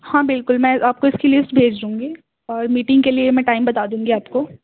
ہاں بالکل میں آپ کو اس کی لسٹ بھیج دوں گی اور میٹنگ کے لیے میں ٹائم بتا دوں گی آپ کو